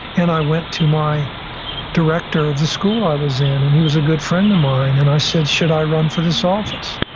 and i went to my director of the school i was in, and he was a good friend of mine, and i said, should i run for this office?